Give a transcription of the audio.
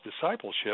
discipleship